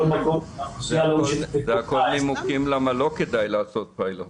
אלה נימוקים למה לא כדאי לעשות פיילוט.